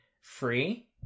free